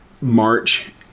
march